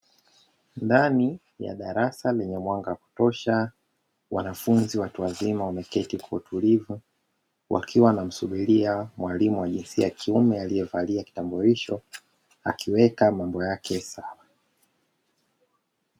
Ndani ya darasa lenye mwanga wa kutosha, wanafunzi watu wazima wameketi kwa utulivu, wakiwa wanamsubiria mwalimu wa jinsia ya kiume aliyevalia kitambulisho, akiweka mambo yake sawa.